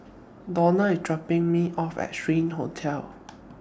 Donna IS dropping Me off At Strand Hotel